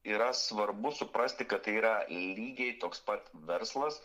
yra svarbu suprasti kad tai yra lygiai toks pat verslas